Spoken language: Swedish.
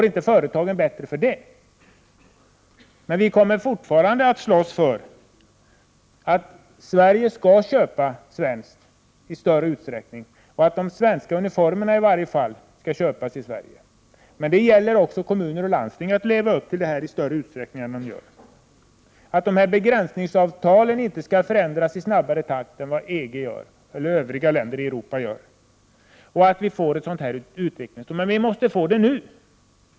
Vi kommer även i fortsättningen att slåss för att Sverige i större utsträckning skall köpa svenskt, att i varje fall svenska uniformer skall köpas i Sverige — det gäller också för kommuner och landsting att leva upp till detta i större utsträckning än hittills —, att begränsningsavtalen inte skall förändras i snabbare takt än i övriga länder i Europa och att vi får utvecklingslån, men det måste vi få nu.